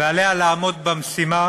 ועליה לעמוד במשימה